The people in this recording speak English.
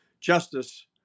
justice